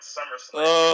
SummerSlam